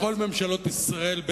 וכל ממשלות ישראל,